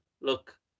Look